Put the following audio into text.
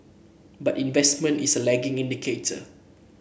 but investment is a lagging indicator